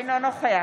אינו נוכח